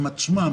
עם עצמם,